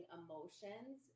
emotions